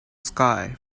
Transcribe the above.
sky